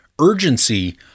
urgency